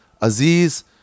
Aziz